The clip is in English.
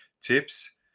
tips